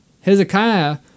Hezekiah